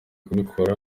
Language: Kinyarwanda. kubikora